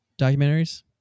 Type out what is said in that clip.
documentaries